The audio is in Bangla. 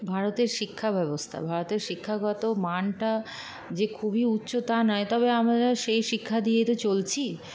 ভারতের শিক্ষাব্যবস্থা ভারতের শিক্ষাগত মানটা যে খুবই উচ্চ তা নয় তবে আমরা সেই শিক্ষা দিয়ে তো চলছি